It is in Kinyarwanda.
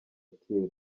thierry